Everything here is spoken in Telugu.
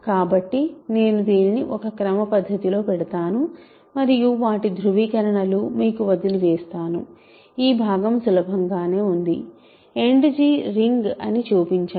కాబట్టి నేను దీనిని ఒక క్రమ పధ్ధతి లో పెడ్తాను మరియు వాటి ధృవీకరణలు మీకు వదిలి వేస్తాను ఈ భాగం సులభంగానే ఉంటుంది End రింగ్ అని చూపించండి